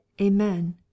amen